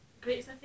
Great